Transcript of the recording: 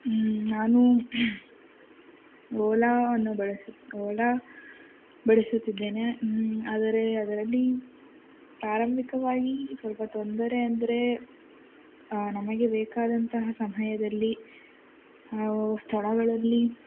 ನಾನು ಓಲಾವನ್ನು ಬಳಸಿ ಓಲಾ ಬಳಸುತ್ತಿದ್ದೇನೆ ಆದರೆ ಅದರಲ್ಲಿ ಆರಂಭಿಕವಾಗಿ ಸ್ವಲ್ಪ ತೊಂದರೆ ಅಂದರೆ ನಮಗೆ ಬೇಕಾದಂತಹ ಸಮಯದಲ್ಲಿ ಅವು ಸ್ಥಳಗಳಲ್ಲಿ